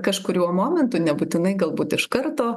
kažkuriuo momentu nebūtinai galbūt iš karto